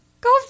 go